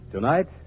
Tonight